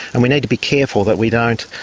and we need to be careful that we don't,